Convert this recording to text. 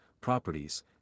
properties